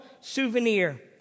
souvenir